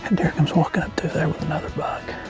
deer comes walking up to them with another buck.